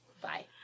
Bye